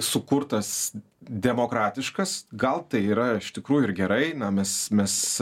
sukurtas demokratiškas gal tai yra iš tikrųjų ir gerai na mes mes